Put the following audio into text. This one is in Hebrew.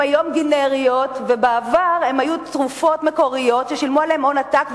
היום גנריות ובעבר היו תרופות מקוריות ששילמו עליהן הון עתק,